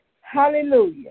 Hallelujah